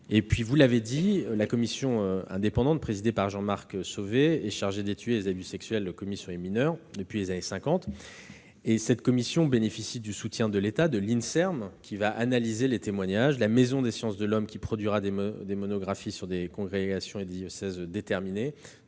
En outre, vous l'avez dit, la commission indépendante présidée par Jean-Marc Sauvé est chargée d'enquêter sur les abus sexuels commis sur les mineurs depuis les années cinquante. Elle bénéficie du soutien de l'État, de l'Inserm, qui analysera les témoignages, de la Maison des sciences de l'homme, qui produira des monographies sur des congrégations et diocèses déterminés,